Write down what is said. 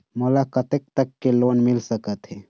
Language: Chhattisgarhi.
मोला कतेक तक के लोन मिल सकत हे?